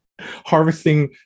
harvesting